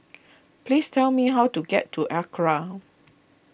please tell me how to get to Acra